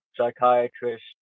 psychiatrist